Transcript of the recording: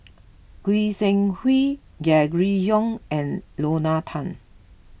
Goi Seng Hui Gregory Yong and Lorna Tan